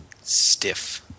stiff